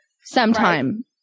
sometime